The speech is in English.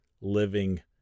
living